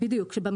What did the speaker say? אז בדיוק,